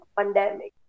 pandemic